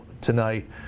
tonight